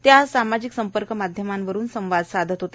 ते आज सामाजिक संपर्क माध्यमांवरून संवाद साधत होते